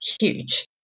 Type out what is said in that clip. huge